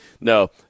no